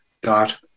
dot